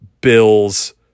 Bills